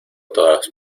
todas